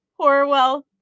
Horwell